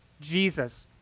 jesus